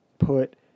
put